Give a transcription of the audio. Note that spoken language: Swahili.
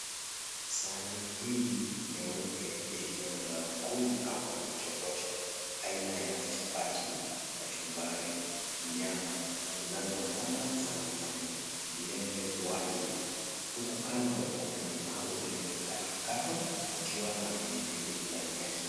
Sahani hii nyeupe iliyo na mankuli au mapochopocho aina ya chapati, kachumbari, nyama kunazo mboga za majani vile vile na wali huku kando kuna limau limekatwakatwa kukiwa na pilipili ndani yake.